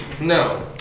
No